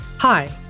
Hi